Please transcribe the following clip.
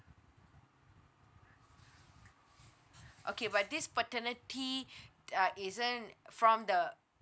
okay but this paternity uh isn't from the